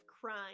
crime